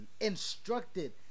instructed